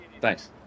Thanks